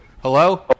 Hello